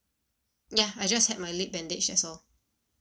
ya I just had my leg bandage as well